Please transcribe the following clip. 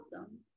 awesome